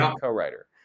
co-writer